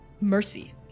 mercy